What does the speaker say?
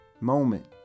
moment